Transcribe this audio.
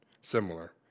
similar